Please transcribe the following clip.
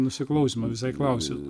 nusiklausymą visai klausiau